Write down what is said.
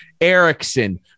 Erickson